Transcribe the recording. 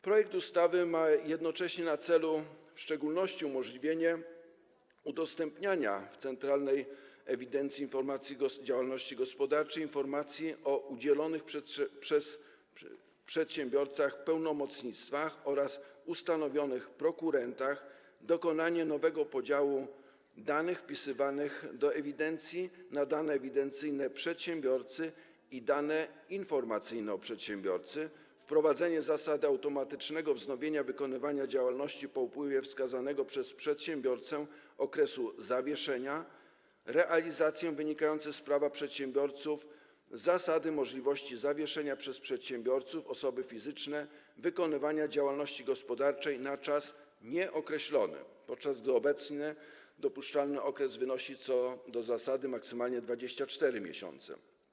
Projekt ustawy ma jednocześnie na celu w szczególności umożliwienie udostępniania w Centralnej Ewidencji i Informacji o Działalności Gospodarczej informacji o udzielonych przez przedsiębiorców pełnomocnictwach oraz ustanowionych prokurentach, dokonanie nowego podziału danych wpisywanych do ewidencji na dane ewidencyjne przedsiębiorcy i dane informacyjne o przedsiębiorcy, wprowadzenie zasady automatycznego wznowienia wykonywania działalności po upływie wskazanego przez przedsiębiorcę okresu zawieszenia, realizację wynikającej z Prawa przedsiębiorców zasady możliwości zawieszenia przez przedsiębiorców - osoby fizyczne - wykonywania działalności gospodarczej na czas nieokreślony, podczas gdy obecnie dopuszczalny okres wynosi co do zasady maksymalnie 24 miesiące.